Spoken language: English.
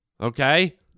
Okay